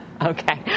okay